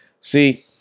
See